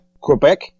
Quebec